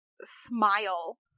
smile